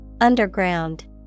Underground